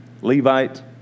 Levite